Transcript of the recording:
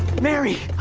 mary,